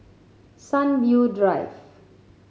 Sunview Drive